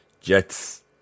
Jets